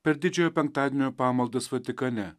per didžiojo penktadienio pamaldas vatikane